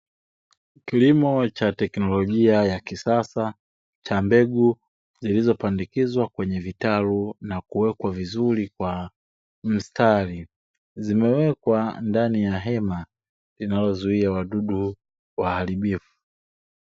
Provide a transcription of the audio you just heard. Kilimo cha teknolojia ya kisasa cha mbegu zilizopandikizwa kwenye vitalu na kuwekwa vizuri kwa mstari, zimewekwa ndani ya hema linalozuia wadudu waharibifu.